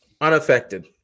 Unaffected